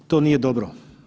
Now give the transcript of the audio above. To nije dobro.